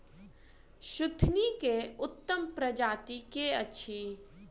सुथनी केँ उत्तम प्रजाति केँ अछि?